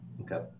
Okay